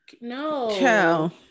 No